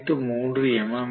அனைத்து 3 எம்